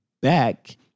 back